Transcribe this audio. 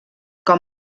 com